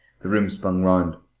the room spun round.